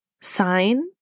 sign